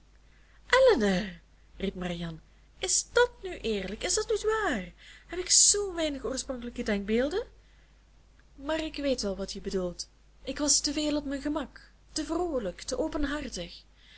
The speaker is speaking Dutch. marianne is dàt nu eerlijk is dat nu waar heb ik z weinig oorspronkelijke denkbeelden maar ik weet wel wat je bedoelt ik was te veel op mijn gemak te vroolijk te openhartig